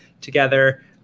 together